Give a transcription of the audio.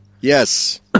Yes